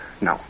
No